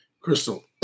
Crystal